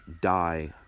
die